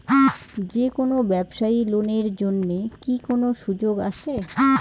যে কোনো ব্যবসায়ী লোন এর জন্যে কি কোনো সুযোগ আসে?